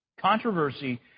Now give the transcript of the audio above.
Controversy